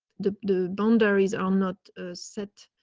the the boundaries are not set